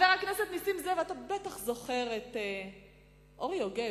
חבר הכנסת נסים זאב, אתה בטח זוכר את אורי יוגב,